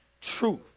truth